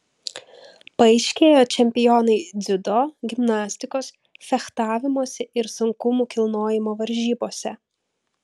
paaiškėjo čempionai dziudo gimnastikos fechtavimosi ir sunkumų kilnojimo varžybose